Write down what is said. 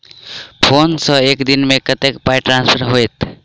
Phone सँ एक दिनमे कतेक पाई ट्रान्सफर होइत?